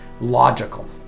logical